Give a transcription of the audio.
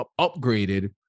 upgraded